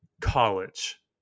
college